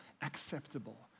acceptable